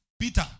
Peter